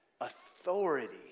authority